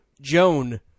Joan